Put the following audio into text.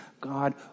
God